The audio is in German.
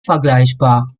vergleichbar